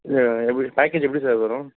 ஆ எப்படி பேக்கேஜ் எப்படி சார் வரும்